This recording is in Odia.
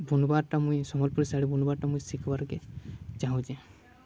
ବୁନ୍ବାର୍ଟା ମୁଇଁ ସମ୍ବଲ୍ପୁରୀ ଶାଢ଼ୀ ବୁନ୍ବାର୍ଟା ମୁଇଁ ଶିଖିବାର୍କେ ଚାହୁଁଚେଁ